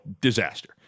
disaster